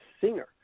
singer